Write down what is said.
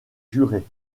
jurés